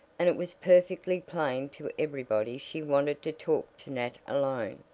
and it was perfectly plain to everybody she wanted to talk to nat alone,